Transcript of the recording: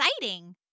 exciting